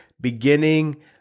beginning